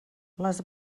les